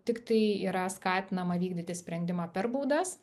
tiktai yra skatinama vykdyti sprendimą per baudas